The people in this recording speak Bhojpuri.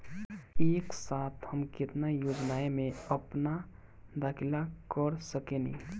एक साथ हम केतना योजनाओ में अपना दाखिला कर सकेनी?